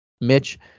Mitch